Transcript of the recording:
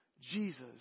Jesus